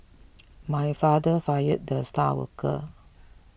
my father fired the star worker